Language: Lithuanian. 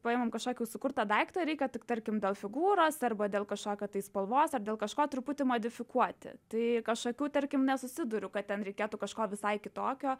paimam kažkokį jau sukurtą daiktą ir reikia tik tarkim dėl figūros arba dėl kažkokio tai spalvos ar dėl kažko truputį modifikuoti tai kažkokių tarkim nesusiduriu kad ten reikėtų kažko visai kitokio